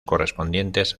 correspondientes